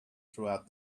throughout